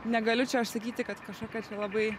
negaliu čia aš sakyti kad kažkokia čia labai